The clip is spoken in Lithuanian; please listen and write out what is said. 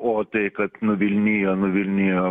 o tai kad nuvilnijo nuvilnijo